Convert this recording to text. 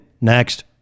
next